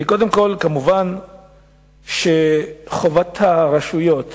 קודם כול, מובן שחובת הרשויות